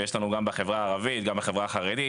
ויש לנו גם בחברה הערבית, גם בחברה החרדית.